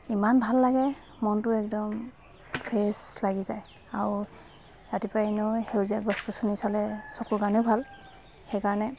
ইমান ভাল লাগে মনটো একদম ফ্ৰেছ লাগি যায় আৰু ৰাতিপুৱা এনেও সেউজীয়া গছ গছনি চালে চকুৰ কাৰণেও ভাল সেইকাৰণে